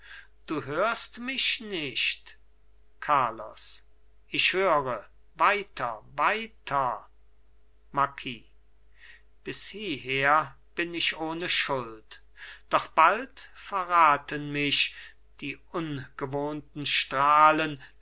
du hörst mich nicht carlos ich höre weiter weiter marquis bis hieher bin ich ohne schuld doch bald verraten mich die ungewohnten strahlen